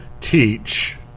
teach